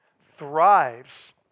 thrives